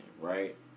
right